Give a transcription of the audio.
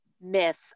myth